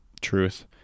truth